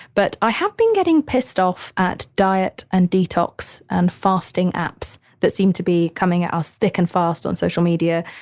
but i have been getting pissed off at diet and detox and fasting apps that seem to be coming at us thick and fast on social media.